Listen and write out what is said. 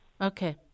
Okay